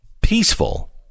peaceful